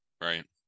right